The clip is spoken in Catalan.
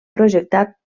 projectat